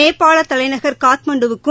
நேபாள தலைநகர் காட்மாண்டுவுக்கும்